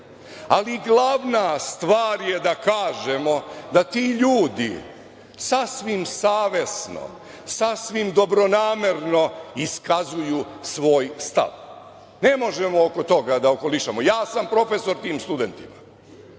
ali glavna stvar je da kažemo da ti ljudi sasvim savesno, sasvim dobronamerno iskazuju svoj stav. Ne možemo oko toga da okolišamo. Ja sam profesor tim studentima.